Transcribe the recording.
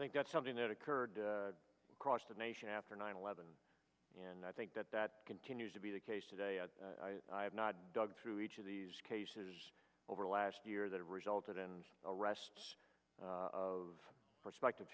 think that's something that occurred across the nation after nine eleven and i think that that continues to be the case today i have not dug through each of these cases over the last year that have resulted in arrests of prospective